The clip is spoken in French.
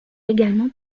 également